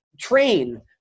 train